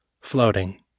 floating